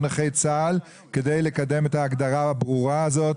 נכי צה"ל מתי שהם ירצו כדי לקדם את ההגדרה הברורה הזאת.